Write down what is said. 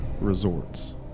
Resorts